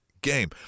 game